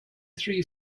three